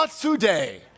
today